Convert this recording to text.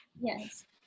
Yes